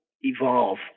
evolve